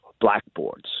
blackboards